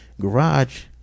garage